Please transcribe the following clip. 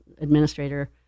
administrator